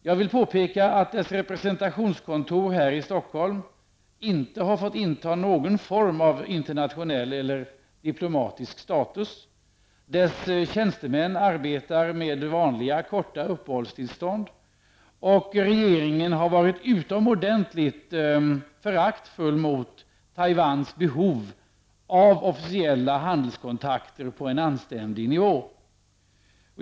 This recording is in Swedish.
Jag vill påpeka att landets representationskontor i Stockholm inte har fått inta någon form av internationell eller diplomatisk status. Dess tjänstemän arbetar med vanliga korta uppehållstillstånd. Regeringen har varit utomordentligt föraktfull mot Taiwans behov av officiella handelskontakter på en anständig nivå.